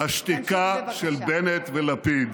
השתיקה של בנט ולפיד